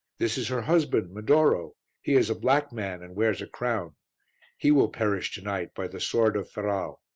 this is her husband, medoro he is a black man and wears a crown he will perish to-night by the sword of ferrau.